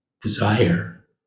desire